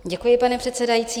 Děkuji, pane předsedající.